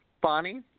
Bonnie